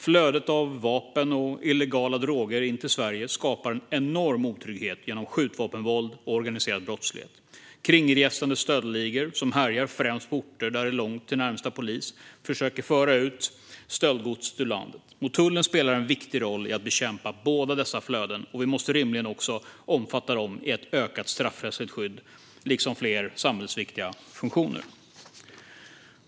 Flödet av vapen och illegala droger in till Sverige skapar en enorm otrygghet genom skjutvapenvåld och organiserad brottslighet. Kringresande stöldligor som härjar främst på orter där det är långt till närmaste polis försöker föra ut stöldgodset ur landet. Tullen spelar en viktig roll i att bekämpa båda dessa flöden och måste, liksom fler samhällsviktiga funktioner, rimligen också omfattas av ett ökat straffrättsligt skydd.